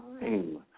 time